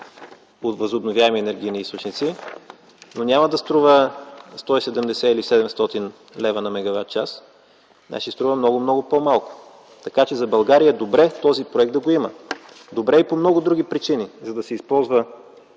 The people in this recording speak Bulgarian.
от възобновяеми енергийни източници, но няма да струва 170 или 700 лв. на мегаватчас, а ще струва много, много по-малко. Така че за България е добре този проект да го има. Добре е и по много други причини – за да се използва